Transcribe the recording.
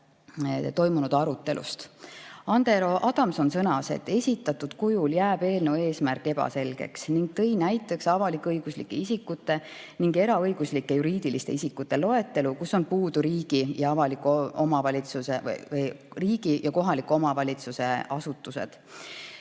toimunud arutelust. Andero Adamson sõnas, et esitatud kujul jääb eelnõu eesmärk ebaselgeks. Ta tõi näiteks avalik-õiguslike isikute ning eraõiguslike juriidiliste isikute loetelu, kus on puudu riigi- ja kohaliku omavalitsuse asutused.